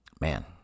man